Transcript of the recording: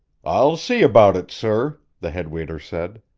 i'll see about it, sir, the head waiter said.